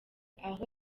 aho